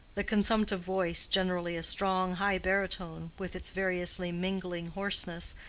the consumptive voice, generally a strong high baritone, with its variously mingling hoarseness,